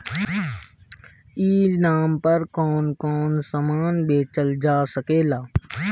ई नाम पर कौन कौन समान बेचल जा सकेला?